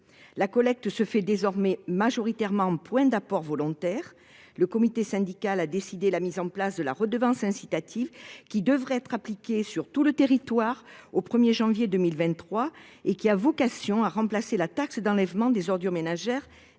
La collecte se fait désormais majoritairement en point d'apport volontaire. Le comité syndical a décidé la mise en place de la redevance incitative, qui devrait être appliquée sur tout le territoire au 1 janvier 2023, et qui a vocation à remplacer la taxe d'enlèvement des ordures ménagères,